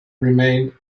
remained